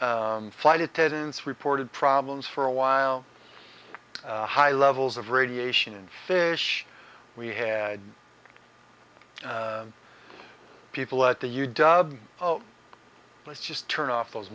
flight attendants reported problems for a while high levels of radiation and fish we had people at the u dub let's just turn off those